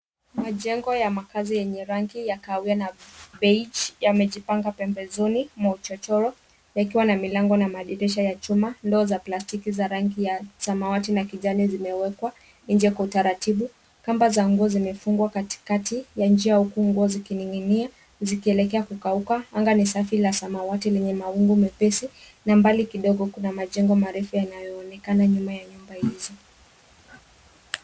Majengo ya makazi yenye rangi ya kahawia na beige yamejipanga pembezoni mwa uchochoro, yakiwa na malango na madirisha ya chuma. Ndoo za plastiki za rangi ya samawati na kijani zimewekwa nje kwa utaratibu. Kamba za nguo zimefungwa katikati ya njia, huku nguo zikining'inia zikielekea kukauka. Anga ni safi la samawati lenye mawingu mepesi na mbali kidogo kuna majengo marefu yanayoonekana nyuma ya nyumba hizo.